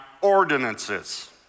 ordinances